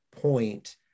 point